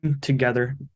together